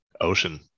ocean